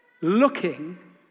looking